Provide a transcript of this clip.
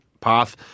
path